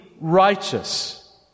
righteous